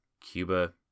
Cuba